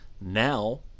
now